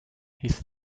his